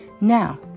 Now